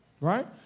Right